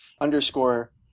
underscore